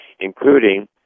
including